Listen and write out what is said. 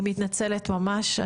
אני מתנצלת ממש,